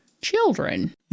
Children